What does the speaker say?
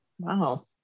wow